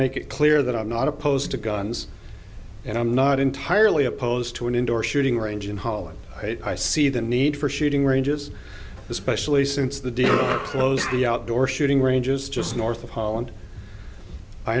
make it clear that i'm not opposed to guns and i'm not entirely opposed to an indoor shooting range in holland i see the need for shooting ranges especially since the dealers close the outdoor shooting ranges just north of holland i